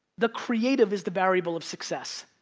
the creative is the variable of success.